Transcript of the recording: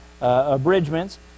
abridgments